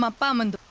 um farm and